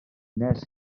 wnes